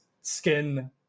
skin